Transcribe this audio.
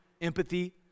empathy